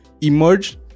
emerge